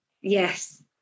Yes